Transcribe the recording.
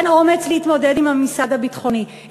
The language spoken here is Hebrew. אין אומץ להתמודד עם הממסד הביטחוני,